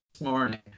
morning